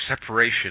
separation